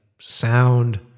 sound